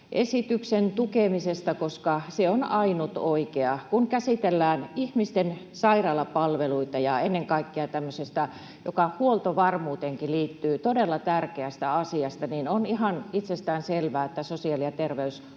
esityksen tukemisesta, koska se on ainut oikea. Kun käsitellään ihmisten sairaalapalveluita ja ennen kaikkea tämmöistä todella tärkeää asiaa, joka huoltovarmuuteenkin liittyy, niin on ihan itsestään selvää, että sosiaali- ja